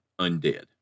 undead